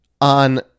on